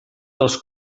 dels